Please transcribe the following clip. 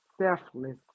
selfless